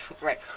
Right